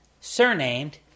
surnamed